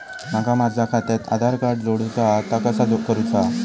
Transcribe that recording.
माका माझा खात्याक आधार कार्ड जोडूचा हा ता कसा करुचा हा?